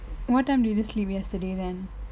what did you sleep yesterday then